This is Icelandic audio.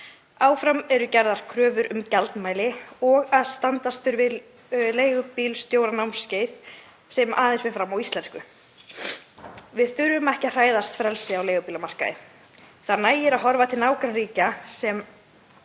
Áfram eru gerðar kröfur um gjaldmæli og að standast þurfi leigubílstjóranámskeið sem aðeins fer fram á íslensku. Við þurfum ekki að hræðast frelsi á leigubílamarkaði. Það nægir að horfa til nágrannaríkja sem